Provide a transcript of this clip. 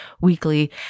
weekly